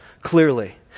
clearly